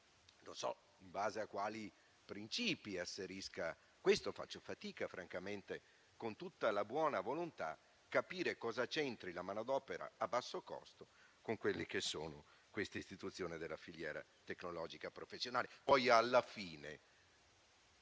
Non so in base a quali principi asserisca questo, faccio fatica francamente, con tutta la buona volontà, a capire cosa c'entri la manodopera a basso costo con l'istituzione della filiera tecnologico-professionale.